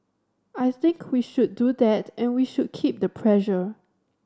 I think we should do that and we should keep the pressure